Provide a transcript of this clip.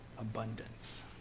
abundance